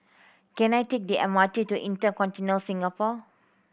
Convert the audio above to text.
can I take the M R T to InterContinental Singapore